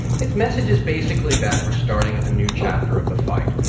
his message is basically that we're starting a new chapter of the fight.